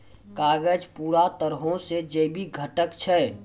कागज पूरा तरहो से जैविक घटक छै